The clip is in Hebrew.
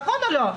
נכון או לא?